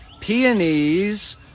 peonies